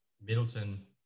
Middleton